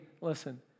listen